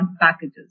packages